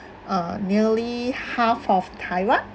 uh nearly half of taiwan